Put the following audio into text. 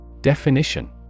Definition